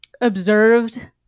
observed